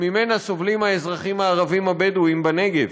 שממנה סובלים האזרחים הערבים הבדואים בנגב,